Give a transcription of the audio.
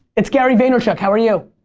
it's gary vaynerchuk. how are you?